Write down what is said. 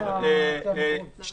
אנחנו